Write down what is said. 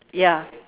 ya